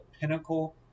pinnacle